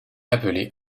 appelé